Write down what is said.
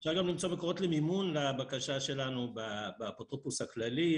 אפשר גם למצוא מקורות למימון לבקשה שלנו באפוטרופוס הכללי,